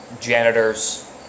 janitors